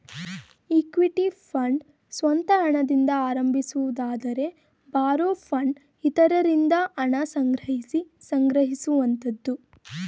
equity fund ಸ್ವಂತ ಹಣದಿಂದ ಆರಂಭಿಸುವುದಾದರೆ ಬಾರೋ ಫಂಡ್ ಇತರರಿಂದ ಹಣ ಸಂಗ್ರಹಿಸಿ ಸಂಗ್ರಹಿಸುವಂತದ್ದು